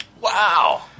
Wow